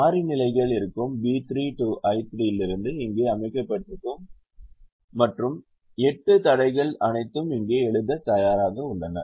மாறி நிலைகள் இருக்கும் B3 to I3 இலிருந்து இங்கே அமைக்கப்பட்டிருக்கும் மற்றும் எட்டு தடைகள் அனைத்தும் இங்கே எழுத தயாராக உள்ளன